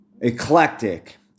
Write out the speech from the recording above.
eclectic